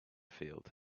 field